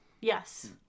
Yes